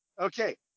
Okay